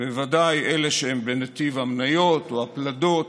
ובוודאי אלה שהן בנתיב המניות או הפלדות,